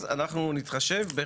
אז אנחנו נתחשב.